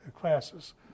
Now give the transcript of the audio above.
classes